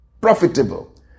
Profitable